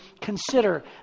consider